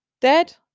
dead